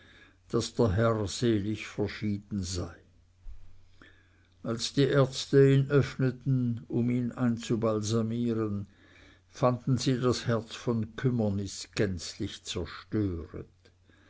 daß der herr selig verschieden sei als die ärzte ihn öffneten um ihn einzubalsamieren fanden sie das herz von kümmernis gänzlich zerstöret